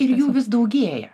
ir jų vis daugėja